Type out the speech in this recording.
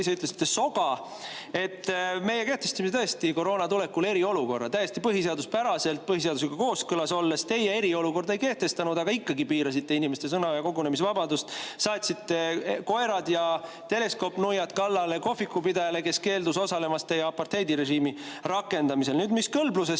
ise ütlesite, soga. Meie kehtestasime tõesti koroona tulekul eriolukorra, täiesti põhiseaduspäraselt, põhiseadusega kooskõlas olles. Teie eriolukorda ei kehtestanud, aga ikkagi piirasite inimeste sõna‑ ja kogunemisvabadust, saatsite koerad ja teleskoopnuiad kallale kohvikupidajale, kes keeldus osalemast teie apartheidirežiimi rakendamisel. Mis kõlblusse